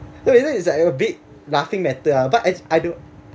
so you know it's like a bit laughing matter ah but as I do